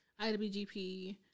IWGP